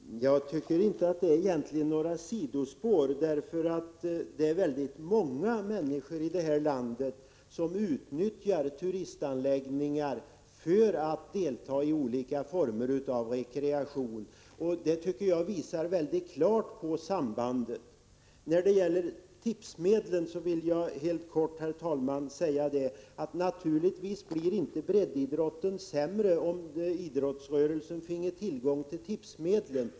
Herr talman! Jag tycker inte att jag gick in på några sidospår. Det är nämligen väldigt många människor här i landet som utnyttjar turistanläggningar för att delta i olika former av rekreation. Detta visar mycket tydligt sambandet mellan turism och rekreation. Jag vill helt kort säga, herr talman, att breddidrotten inte skulle bli sämre om idrottsrörelsen finge tillgång till tipsmedlen.